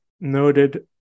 noted